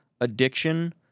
addiction